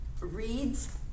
reads